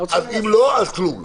אם לא, אז כלום לא.